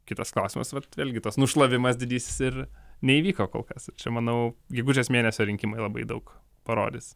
kitas klausimas vat vėlgi tas nušlavimas didysis ir neįvyko kol kas ir čia manau gegužės mėnesio rinkimai labai daug parodys